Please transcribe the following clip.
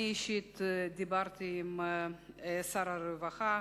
אני אישית דיברתי עם שר הרווחה,